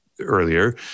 earlier